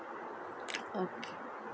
okay